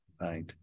Right